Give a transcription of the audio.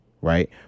Right